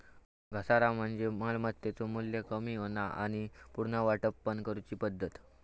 घसारा म्हणजे मालमत्तेचो मू्ल्य कमी होणा आणि पुनर्वाटप करूची पद्धत